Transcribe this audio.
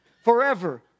Forever